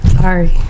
Sorry